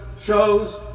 shows